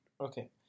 Okay